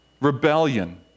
Rebellion